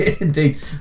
indeed